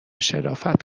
شرافت